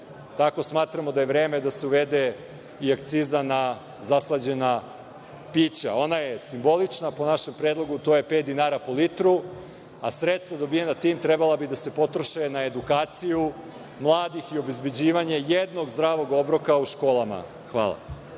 tako smatramo da je i vreme da se uvede i akciza na zaslađena pića. Ona je simbolična po našem predlogu, to je pet dinara po litru, a sredstva dobijena tim trebala bi da se potroše na edukaciju mladih i obezbeđivanje jednog zdravog obroka u školama. Hvala